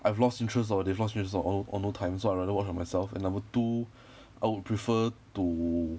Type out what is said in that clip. I've lost interest or they've lost interest or all all no time so I'd rather watch myself and number two I would prefer to